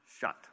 shut